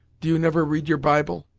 do you never read your bibles?